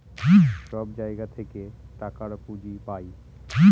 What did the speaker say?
সব জায়গা থেকে টাকার পুঁজি পাই